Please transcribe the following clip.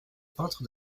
peintre